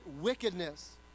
wickedness